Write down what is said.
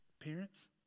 parents